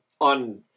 on